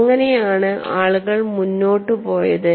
അങ്ങനെയാണ് ആളുകൾ മുന്നോട്ട് പോയത്